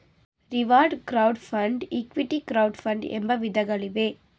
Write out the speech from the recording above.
reward crowd fund, equity crowd fund ಎಂಬ ವಿಧಗಳಿವೆ